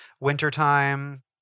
wintertime